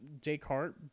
Descartes